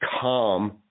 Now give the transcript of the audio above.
calm